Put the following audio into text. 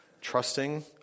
trusting